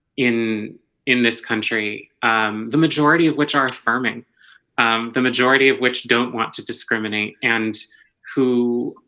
in in this country the majority of which are affirming the majority of which don't want to discriminate and who?